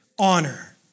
Honor